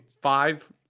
Five